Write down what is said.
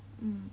mm